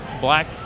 black